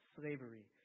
slavery